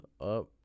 up